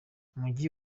umujyi